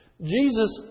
Jesus